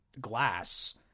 Glass